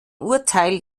urteil